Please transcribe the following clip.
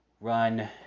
run